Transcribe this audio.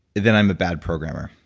then i'm a bad programmer.